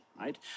right